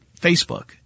Facebook